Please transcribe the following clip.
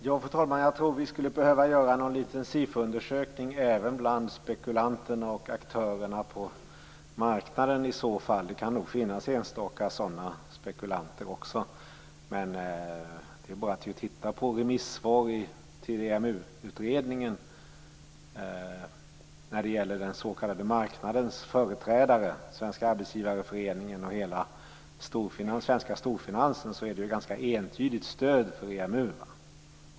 Fru talman! Jag tror att vi skulle behöva göra en liten SIFO-undersökning även bland spekulanterna och aktörerna på marknaden i så fall. Det kan finnas enstaka sådana spekulanter. Det är bara att titta på remissvaren på EMU-utredningen när det gäller den s.k. marknadens företrädare, Svenska Arbetsgivareföreningen och hela den svenska storfinansen, så ser man att det är ett ganska entydigt stöd för EMU.